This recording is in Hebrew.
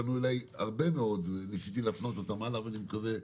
ופנו אלי הרבה מאוד וניסיתי להפנות אותם הלאה אני מקווה,